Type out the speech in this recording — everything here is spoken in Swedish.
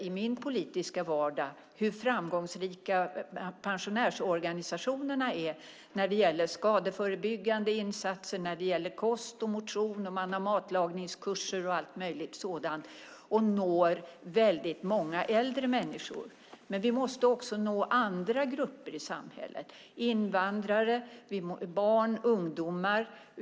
I min politiska vardag ser jag hur framgångsrika pensionärsorganisationerna är när det gäller skadeförebyggande insatser, kost och motion. Man har matlagningskurser och sådant och når väldigt många äldre människor. Men vi måste också nå andra grupper i samhället: invandrare, barn och ungdomar.